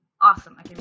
Awesome